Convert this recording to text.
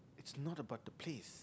it's not about the place